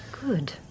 Good